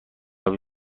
آبی